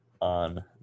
on